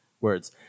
words